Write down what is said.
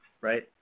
right